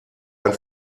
ein